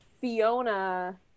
Fiona